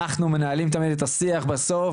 אנחנו מנהלים איתם את השיח בסוף